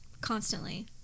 constantly